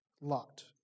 lot